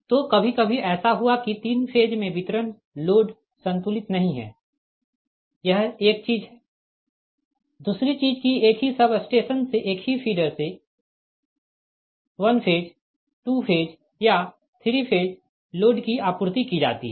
तो कभी कभी ऐसा हुआ की तीन फेज में वितरण लोड संतुलित नहीं है यह एक चीज है दूसरी चीज की एक ही सब स्टेशन से एक ही फीडर से 1 फेज 2 फेज या 3 फेज लोड की आपूर्ति की जाती है